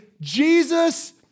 Jesus